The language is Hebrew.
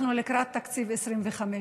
אנחנו לקראת תקציב 2025,